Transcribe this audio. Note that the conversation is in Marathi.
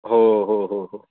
हो हो हो हो